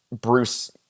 Bruce